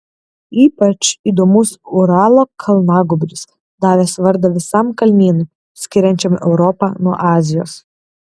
ypač įdomus uralo kalnagūbris davęs vardą visam kalnynui skiriančiam europą nuo azijos